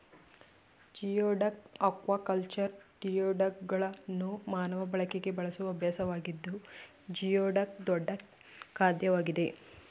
geoduck aquaculture ಜಿಯೋಡಕ್ಗಳನ್ನು ಮಾನವ ಬಳಕೆಗೆ ಬೆಳೆಸುವ ಅಭ್ಯಾಸವಾಗಿದ್ದು ಜಿಯೋಡಕ್ ದೊಡ್ಡ ಖಾದ್ಯವಾಗಿದೆ